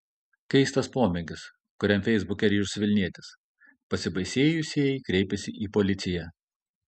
keistas pomėgis kuriam feisbuke ryžosi vilnietis pasibaisėjusieji kreipėsi į policiją